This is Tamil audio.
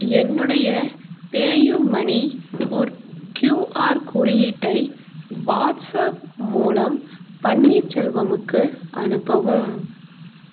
என்னுடைய பேயூ மணி க்யூஆர் குறியீட்டை வாட்ஸாப் மூலம் பன்னீர்செல்வமுக்கு அனுப்பவும்